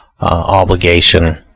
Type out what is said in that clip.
obligation